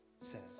says